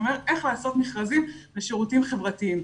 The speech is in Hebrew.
שאומר איך לעשות מכרזים בשירותים חברתיים.